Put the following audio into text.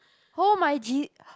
oh my jeez~